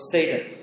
Satan